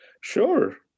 Sure